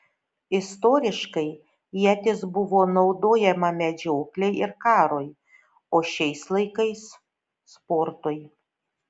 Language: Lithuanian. istoriškai ietis buvo naudojama medžioklei ir karui o šiais laikais sportui